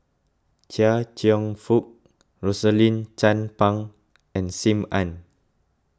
Chia Cheong Fook Rosaline Chan Pang and Sim Ann